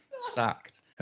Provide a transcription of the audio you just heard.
sacked